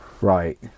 Right